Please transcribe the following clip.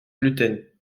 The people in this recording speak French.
gluten